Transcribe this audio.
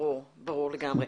ברור לגמרי.